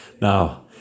now